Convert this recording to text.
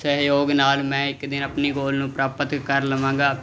ਸਹਿਯੋਗ ਨਾਲ ਮੈਂ ਇੱਕ ਦਿਨ ਆਪਣੇ ਗੋਲ ਨੂੰ ਪ੍ਰਾਪਤ ਕਰ ਲਵਾਂਗਾ